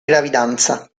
gravidanza